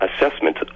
assessment